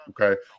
Okay